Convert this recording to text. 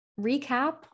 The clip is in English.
recap